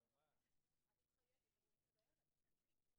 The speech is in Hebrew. הכוונה לריתוק משקי בעיקר.